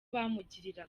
bamugirira